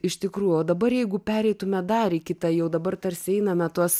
iš tikrų o dabar jeigu pereitume dar į kitą jau dabar tarsi einame tuos